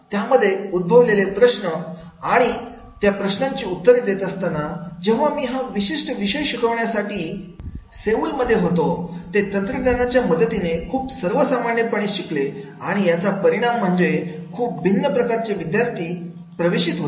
त्यामध्ये उद्भवलेले प्रश्न आणि त्या प्रश्न उत्तरे देत असताना जेव्हा मी हा विशिष्ट विषय शिकवण्यासाठी सेऊल मध्ये होतोते तंत्रज्ञानाच्या मदतीने खूप सर्वसामान्यपणे शिकले आणि याचा परिणाम म्हणजे खूप भिन्न प्रकारचे विद्यार्थी प्रवेशित होते